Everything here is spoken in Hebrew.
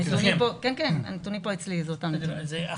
הנתונים פה אצלי, זה אותם נתונים.